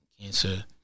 cancer